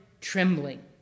trembling